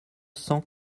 cent